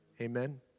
Amen